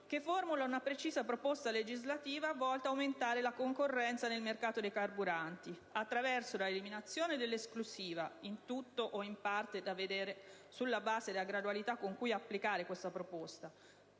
che formula una precisa proposta legislativa volta ad aumentare la concorrenza nel mercato dei carburanti attraverso la eliminazione dell'esclusiva a carico dei distributori (in tutto o in parte: da vedere sulla base della gradualità con cui applicare questa proposta),